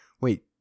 Wait